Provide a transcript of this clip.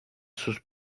sus